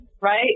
right